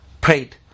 prayed